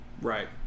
Right